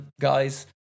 guys